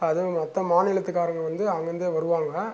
அதுவும் மற்ற மாநிலத்து காரங்க வந்து அங்கேருந்தே வருவாங்க